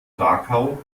krakau